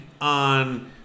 on